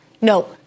no